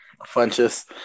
Funches